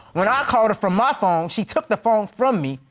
when i called her from my phone, she took the phone from me,